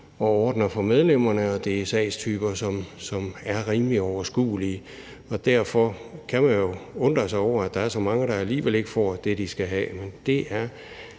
og ordner for medlemmerne, og det er sagstyper, som er rimelig overskuelige. Derfor kan man undre sig over, at der alligevel er så mange, der ikke får det, de skal, men